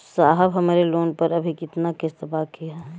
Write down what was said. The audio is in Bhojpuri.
साहब हमरे लोन पर अभी कितना किस्त बाकी ह?